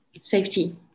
Safety